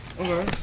Okay